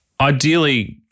ideally